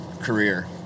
career